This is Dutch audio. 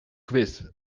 quiz